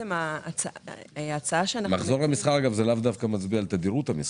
מחזור המסחר לאו דווקא מצביע על תדירות המסחר.